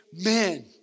Amen